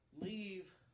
leave